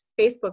Facebook